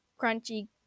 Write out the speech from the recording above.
crunchy